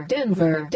Denver